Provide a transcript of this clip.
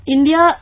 India